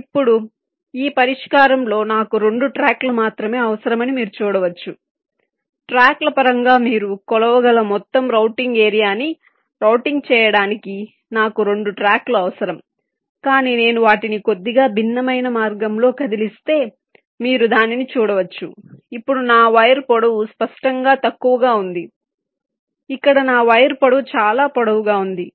ఇప్పుడు ఈ పరిష్కారంలో నాకు 2 ట్రాక్లు మాత్రమే అవసరమని మీరు చూడవచ్చు ట్రాక్ల పరంగా మీరు కొలవగల మొత్తం రౌటింగ్ ఏరియా ని రౌటింగ్ చేయడానికి నాకు 2 ట్రాక్లు అవసరం కానీ నేను వాటిని కొద్దిగా భిన్నమైన మార్గంలో కదిలిస్తే మీరు దానిని చూడవచ్చు ఇప్పుడు నా వైర్ పొడవు స్పష్టంగా తక్కువగా ఉంది ఇక్కడ నా వైర్ పొడవు చాలా పొడవుగా ఉంది